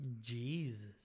Jesus